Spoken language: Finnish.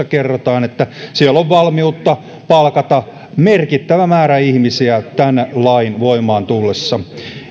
kerrotaan että siellä on valmiutta palkata merkittävä määrä ihmisiä tämän lain voimaantullessa